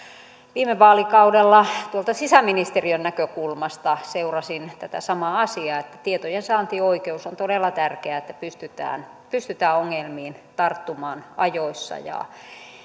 viime vaalikaudella tuolta sisäministeriön näkökulmasta seurasin tätä samaa asiaa ja tietojensaantioikeus on todella tärkeä että pystytään pystytään ongelmiin tarttumaan ajoissa